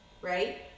right